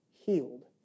healed